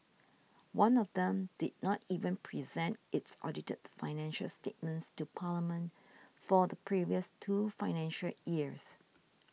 one of them did not even present its audited financial statements to Parliament for the previous two financial years